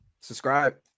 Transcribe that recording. subscribe